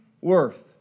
worth